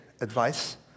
advice